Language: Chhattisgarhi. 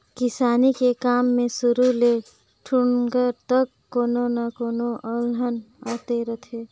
किसानी के काम मे सुरू ले ठुठुंग तक कोनो न कोनो अलहन आते रथें